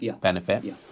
benefit